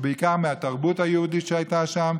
ובעיקר מהתרבות היהודית שהייתה שם,